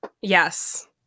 Yes